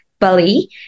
Bali